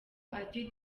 ati